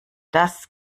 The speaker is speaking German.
das